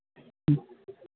ᱦᱮᱸ